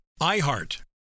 IHEART